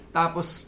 tapos